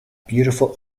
beautiful